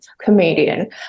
comedian